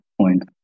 point